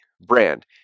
Brand